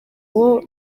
uwo